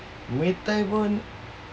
muay thai pun